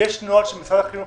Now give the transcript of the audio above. נוהל של משרד החינוך,